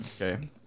Okay